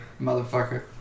motherfucker